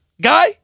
Guy